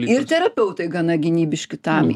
ir terapeutai gana gynybiški tam